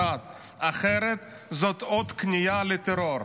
אחרת זאת עוד כניעה לטרור.